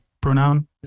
pronoun